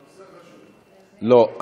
לא.